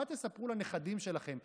מה תספרו לנכדים שלכם?